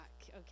okay